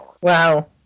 Wow